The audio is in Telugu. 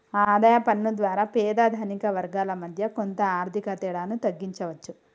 ఆదాయ పన్ను ద్వారా పేద ధనిక వర్గాల మధ్య కొంత ఆర్థిక తేడాను తగ్గించవచ్చు